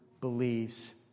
believes